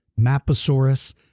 Maposaurus